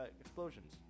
explosions